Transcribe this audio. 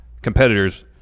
Competitors